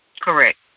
Correct